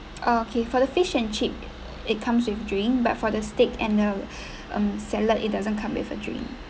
okay for the fish and chip it comes with drink but for the steak and uh um salad it doesn't come with a drink